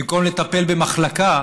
במקום לטפל במחלקה